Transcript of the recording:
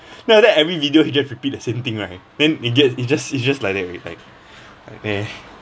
now that every video he just repeat the same thing right then it gets it's just it's just like that with like